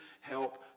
help